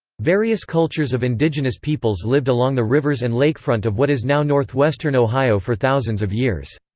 various cultures of indigenous peoples lived along the rivers and lakefront of what is now northwestern ohio for thousands of years.